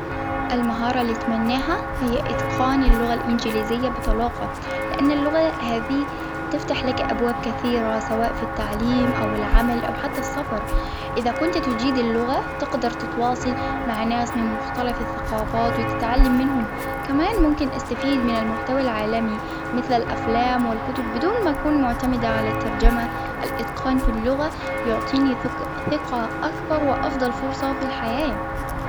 المهارة اللي تمناها هي إتقان اللغة الإنجليزية بطلاقة، لأن اللغة هذه تفتح لك أبواب كثيرة سواء في التعليم أو العمل أو حتى السفر، إذا كنت تجيد اللغة تقدر تتواصل مع ناس من مختلف الثقافات وتتعلم منهم، كمان ممكن أستفيد من المحتوى العالمي مثل الأفلام والكتب بدون ما أكون معتمدة على الترجمة ، الإتقان في اللغة يعطيني ثق-ثقة أكبر وأفضل فرصة في الحياة.